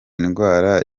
ndwara